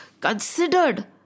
considered